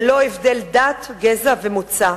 ללא הבדל דת, גזע ומוצא.